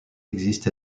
exist